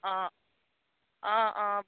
অঁ অঁ অঁ